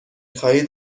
خواهید